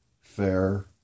fair